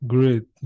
Great